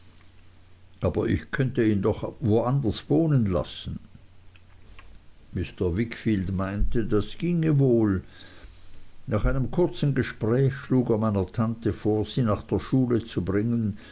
aber ich könnte ihn doch wo anders wohnen lassen mr wickfield meinte das ginge wohl nach einem kurzen gespräch schlug er meiner tante vor sie nach der schule zu bringen